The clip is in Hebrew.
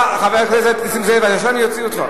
חבר הכנסת נסים זאב, עכשיו אני אוציא אותך.